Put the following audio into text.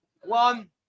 one